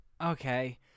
Okay